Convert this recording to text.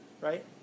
right